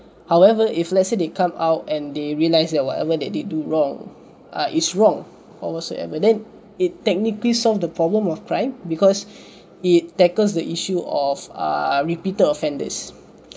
however if let's say they come out and they realize that whatever they did do wrong is wrong or whatsoever then it technically solve the problem of crime because it tackles the issue of uh repeated offenders